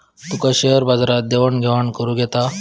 तुका share बाजारात देवाण घेवाण करुक येता?